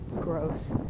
gross